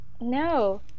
No